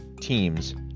teams